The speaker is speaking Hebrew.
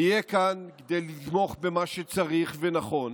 נהיה כאן כדי לתמוך במה שצריך ונכון,